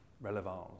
Relevance